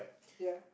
ya